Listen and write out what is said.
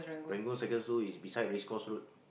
Rangoon secondary school is beside East Coast Road